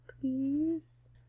please